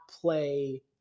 play